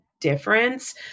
difference